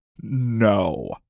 No